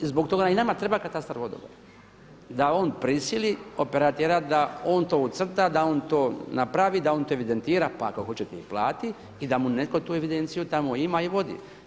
Zbog toga i nama treba katastar vodova da on prisili operatera da on to ucrta, da on to napravi, da on to evidentira pa ako hoćete i plati i da mu netko tu evidenciju tamo ima i vodi.